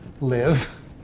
live